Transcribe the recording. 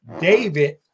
David